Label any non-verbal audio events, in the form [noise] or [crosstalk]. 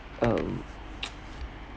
um [noise]